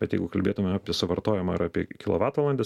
bet jeigu kalbėtumėm apie suvartojimą ir apie kilovatvalandes